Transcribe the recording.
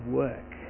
work